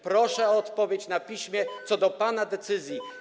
Proszę o odpowiedź na piśmie co do pana decyzji.